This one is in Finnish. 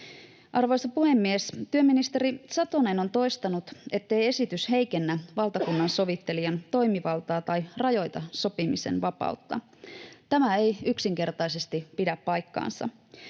Arvoisa puhemies! Työministeri Satonen on toistanut, ettei esitys heikennä valtakunnansovittelijan toimivaltaa tai rajoita sopimisen vapautta. Tämä ei yksinkertaisesti pidä paikkaansa.